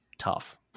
Tough